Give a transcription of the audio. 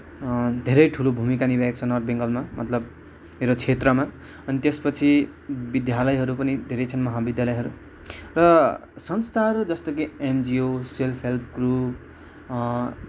धेरै ठुलो भूमिका निभाएको नर्थ बेङ्गालमा मतलब मेरो क्षेत्रमा अनि त्यसपछि विद्यालयहरू पनि धेरै छन् महाविद्यालयहरू र संस्थाहरू जस्तो कि एनजिओ सेल्फ हेल्प ग्रुप